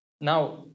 now